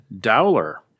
Dowler